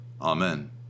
Amen